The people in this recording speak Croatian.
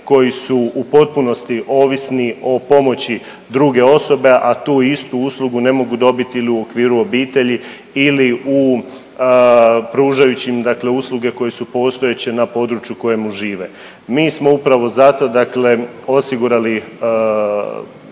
koji su u potpunosti ovisni o pomoći druge osobe, a tu istu uslugu ne mogu dobiti ili u okviru obitelji ili u pružajući mi dakle usluge koje su postojeće na području kojemu žive. Mi smo upravo zato dakle osigurali